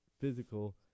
physical